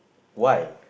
why